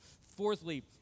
Fourthly